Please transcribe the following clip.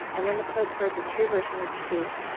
and when the pope heard the true version of the case,